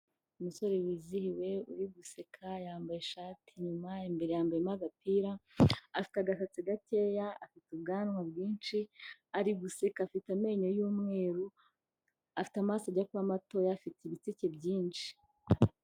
Umusore wizihiwe uri guseka, yambaye ishati inyuma, imbere yambayemo agapira, afite agasatsi gakeya, afite ubwanwa bwinshi, ari guseka, afite amenyo y'umweru, afite amaso ajya kuba matoya, afite ibitsike byinshi.